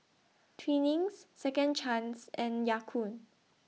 Twinings Second Chance and Ya Kun